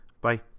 Bye